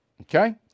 okay